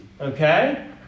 Okay